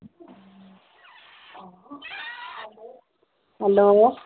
hello